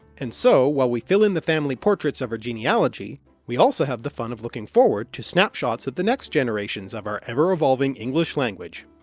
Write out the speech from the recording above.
and so while we fill in the family portraits of our genealogy we also have the fun of looking forward to snapshots of the next generations of our ever-evolving english language.